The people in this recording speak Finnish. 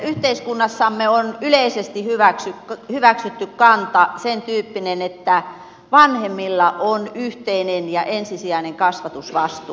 yhteiskunnassamme on yleisesti hyväksytty sentyyppinen kanta että vanhemmilla on yhteinen ja ensisijainen kasvatusvastuu lapsistaan